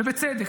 ובצדק,